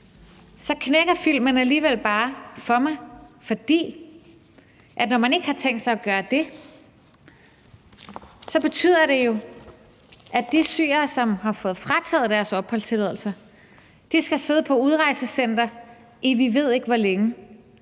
Så knækker filmen alligevel bare for mig, for når man ikke har tænkt sig at gøre det, betyder det jo, at de syrere, som har fået frataget deres opholdstilladelse, skal sidde på udrejsecentre i, vi ved ikke hvor længe.